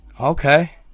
Okay